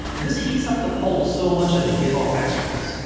this heats up the poles so much they give off x-rays.